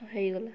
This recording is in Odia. ହୋଇଗଲା